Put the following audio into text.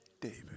David